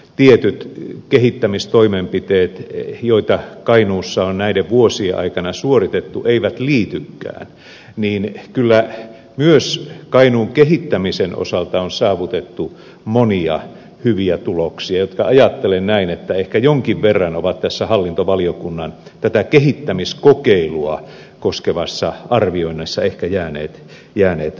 tietyt kehittämistoimenpiteet joita kainuussa on näiden vuosien aikana suoritettu eivät liitykään suoraan tähän kainuun hallintokokeiluun kyllä myös kainuun kehittämisen osalta on saavutettu monia hyviä tuloksia jotka ajattelen näin ehkä jonkin verran ovat tässä hallintovaliokunnan kehittämiskokeilua koskevassa arvioinnissa jääneet ulkopuolelle